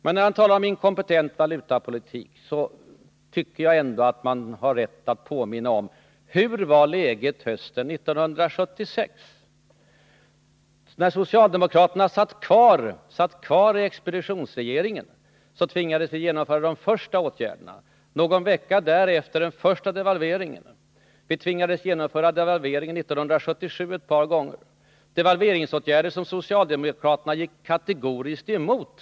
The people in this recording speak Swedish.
Men när han talar om inkompetent valutapolitik, så tycker jag ändå man har rätt att påminna om hur läget var hösten 1976. När socialdemokraterna satt kvar i en expeditionsregering, tvingades vi vidta de första krisåtgärderna. Någon vecka därefter genomfördes den första devalveringen. Vi tvingades också devalvera ett par gånger år 1977, åtgärder som socialdemokraterna kategoriskt gick emot.